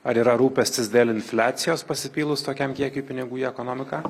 ar yra rūpestis dėl infliacijos pasipylus tokiam kiekiui pinigų į ekonomiką